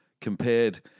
compared